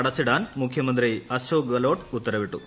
അടച്ചിടാൻ മുഖ്യമന്ത്രി അശോക് ഗോലോട്ട് ഉത്തരവിട്ടു